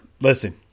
listen